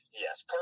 yes